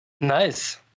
Nice